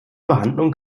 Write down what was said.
behandlung